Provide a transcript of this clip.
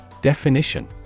DEFINITION